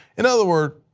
in other words,